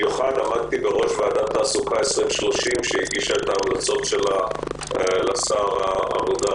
עמדתי בראש ועדת תעסוקה 2030 שהגישה את ההמלצות שלה לשר העבודה,